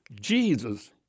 Jesus